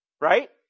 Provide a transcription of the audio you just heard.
Right